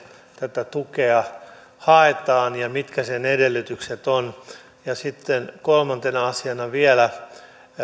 tätä tukea haetaan ja mitkä sen edellytykset ovat sitten kolmantena asiana vielä